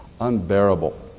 unbearable